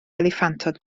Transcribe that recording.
eliffantod